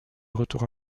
retour